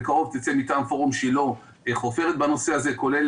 בקרוב תצא מטעם פורום שילה חוברת בנושא הזה כולל